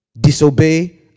Disobey